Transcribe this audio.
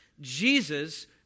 Jesus